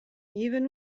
even